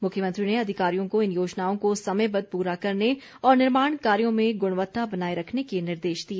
मुख्यमंत्री ने अधिकारियों को इन योजनाओं को समयबद्ध पूरा करने और निर्माण कार्यों में गुणवत्ता बनाए रखने के निर्देश दिए